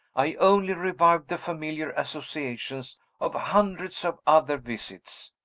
i only revived the familiar associations of hundreds of other visits.